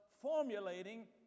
formulating